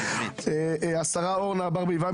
השרה אורנה ברביבאי,